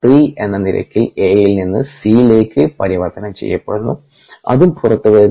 r3 എന്ന നിരക്കിൽ Aൽ നിന്നും C ലേക്ക് പരിവർത്തനം ചെയ്യപ്പെടുന്നു അതും പുറത്ത് വരുന്നു